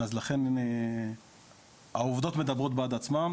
אז לכן העובדות מדברות בעד עצמן.